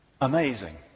Amazing